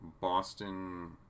Boston